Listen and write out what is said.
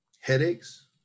headaches